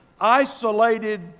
isolated